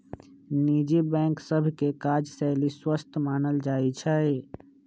निजी बैंक सभ के काजशैली स्वस्थ मानल जाइ छइ